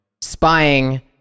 spying